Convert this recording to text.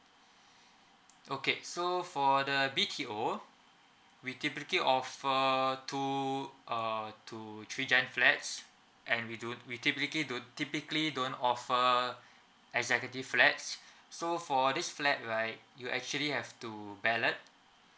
okay so for the B_T_O we typically offer to uh to three gen flats and we do we typically do typically don't offer executive flats so for this flat right you actually have to ballot